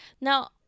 Now